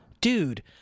Dude